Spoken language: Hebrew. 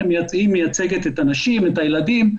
היא מייצגת את הנשים, את הילדים?